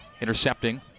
intercepting